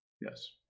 Yes